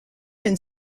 and